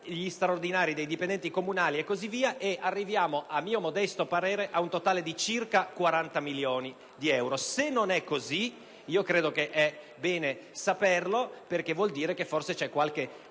gli straordinari dei dipendenti comunali ed altre spese, arrivando così, a mio modesto parere, ad un totale di circa 40 milioni di euro. Se non è così, credo sia bene saperlo, perché vuol dire che forse c'è qualche